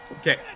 Okay